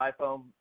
iPhone